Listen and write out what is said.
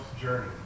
journey